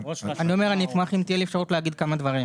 כבודו.